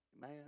Man